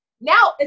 now